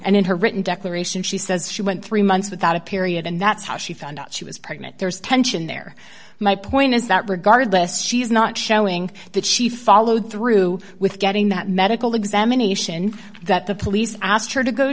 and in her written declaration she says she went three months without a period and that's how she found out she was pregnant there is tension there my point is that regardless she is not showing that she followed through with getting that medical examination that the police asked her to go